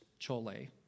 Chole